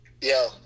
Yo